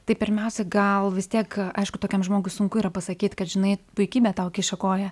tai pirmiausia gal vis tiek aišku tokiam žmogui sunku yra pasakyt kad žinai puikybė tau kiša koją